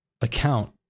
account